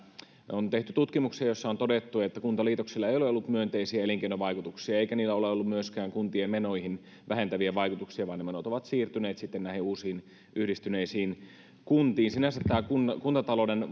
on tehty tutkimuksia joissa on todettu että kuntaliitoksilla ei ole ollut myönteisiä elinkeinovaikutuksia eikä niillä ole ollut myöskään kuntien menoihin vähentäviä vaikutuksia vaan ne menot ovat siirtyneet näihin uusiin yhdistyneisiin kuntiin sinänsä tämän kuntatalouden